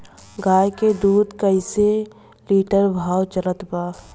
गाय के दूध कइसे लिटर भाव चलत बा?